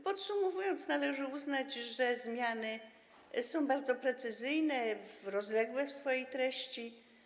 Podsumowując, należy uznać, że zmiany są bardzo precyzyjne i rozległe w swojej treści.